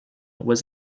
was